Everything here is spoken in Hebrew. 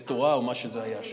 בית תורה, או מה שזה היה שם.